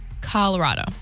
Colorado